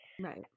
Right